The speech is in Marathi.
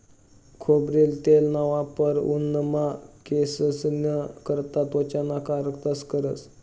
खोबरेल तेलना वापर अन्नमा, केंससना करता, त्वचाना कारता करतंस